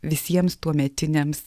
visiems tuometiniams